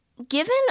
Given